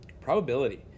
probability